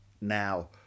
Now